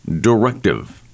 directive